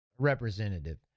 Representative